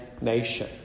nation